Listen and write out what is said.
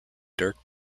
dirk